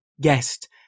guest